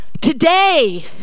today